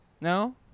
No